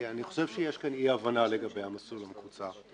כי אני חושב שיש כאן אי הבנה לגבי המסלול המקוצר.